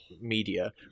media